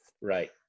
Right